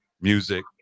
Music